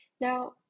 Now